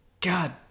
God